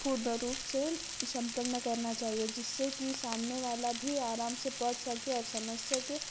पूर्ण रूप से सम्पन्न करना चाहिए जिससे कि सामने वाला भी आराम से पढ़ सके और समझ सके